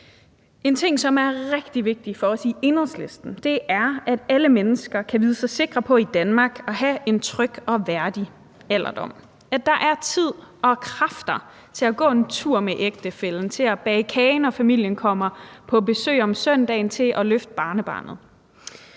En ting, som er rigtig vigtig for os i Enhedslisten, er, at alle mennesker i Danmark kan vide sig sikre på at have en tryg og værdig alderdom, hvor der er tid og kræfter til at gå en tur med ægtefællen, til at bage kage, når familien kommer på besøg om søndagen, og til at løfte barnebarnet.